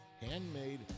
handmade